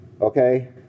okay